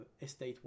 estate